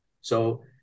So-